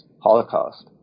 Holocaust